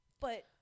But-